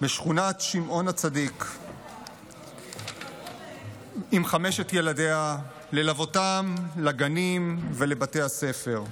בשכונת שמעון הצדיק עם חמשת ילדיה ללוותם לגנים ולבתי הספר.